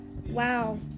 Wow